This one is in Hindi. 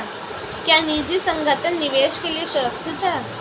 क्या निजी संगठन निवेश के लिए सुरक्षित हैं?